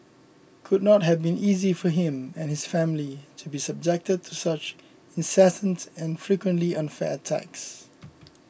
could not have been easy for him and his family to be subjected to such incessant and frequently unfair attacks